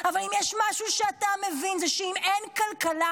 אבל אם יש משהו שאתה מבין זה שאם אין כלכלה,